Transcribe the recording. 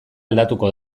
aldatuko